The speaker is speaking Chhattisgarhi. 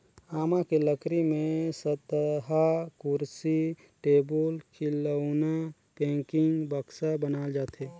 आमा के लकरी में सस्तहा कुरसी, टेबुल, खिलउना, पेकिंग, बक्सा बनाल जाथे